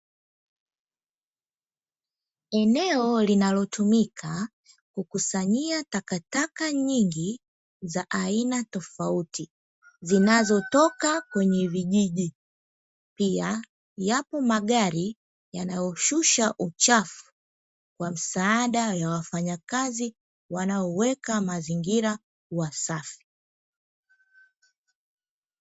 Eneo linalotumika kukusanyia takataka nyingi za aina tofauti zinazotoka kwenye vijiji. Pia yapo magari yanayoshusha uchafu kwa msaada wa wafanyakazi wanaoweka mazingira kuwa safi.